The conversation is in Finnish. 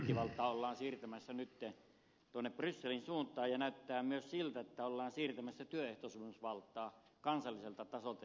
budjettivaltaa ollaan siirtämässä nyt tuonne brysselin suuntaan ja näyttää myös siltä että ollaan siirtämässä työehtosopimusvaltaa kansalliselta tasolta